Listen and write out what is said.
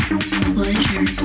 Pleasure